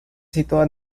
situada